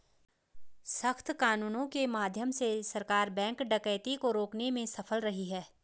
सख्त कानूनों के माध्यम से सरकार बैंक डकैती को रोकने में सफल रही है